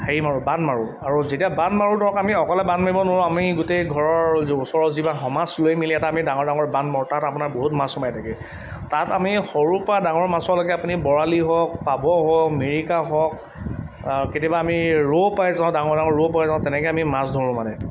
হেৰি মাৰোঁ বান্ধ মাৰোঁ আৰু যেতিয়া বান্ধ মাৰোঁ ধৰক আমি অকলে বান্ধ মাৰিব নোৱাৰোঁ আমি গোটেই ঘৰৰ ওচৰৰ যিভাগ সমাজ লৈ মেলি এটা আমি ডাঙৰ ডাঙৰ বান্ধ মাৰোঁ তাত আপোনাৰ বহুত মাছ সোমাই থাকে তাত আমি সৰুৰ পৰা ডাঙৰ মাছলৈকে আপুনি বৰালি হওক পাভ হওক মিৰিকা হওক কেতিয়াবা আমি ৰৌ পাই যাওঁ ডাঙৰ ডাঙৰ ৰৌ পাই যাওঁ তেনেকৈ আমি মাছ ধৰোঁ মানে